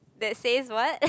that says what